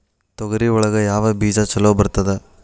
ತೊಗರಿ ಒಳಗ ಯಾವ ಬೇಜ ಛಲೋ ಬರ್ತದ?